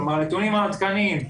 כלומר הנתונים העדכניים,